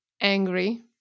angry